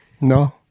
no